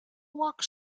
walked